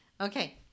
Okay